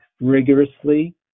rigorously